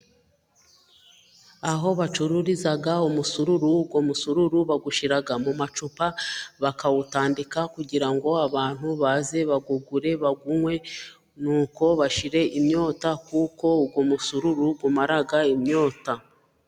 Aho bacururiza umusururu, uwo musururu bawushyira mu macupa, bakawutandika kugira ngo abantu baze bawugure, bawunywe, n'uko bashire inyota kuko uwo musururu umara inyota.